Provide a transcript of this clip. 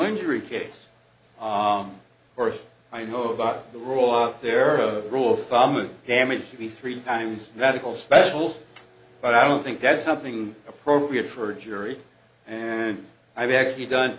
injury case or if i know about the rule out there a rule of thumb of damage should be three times medical specials but i don't think that's something appropriate for a jury and i've actually done